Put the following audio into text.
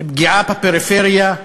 פגיעה בפריפריה,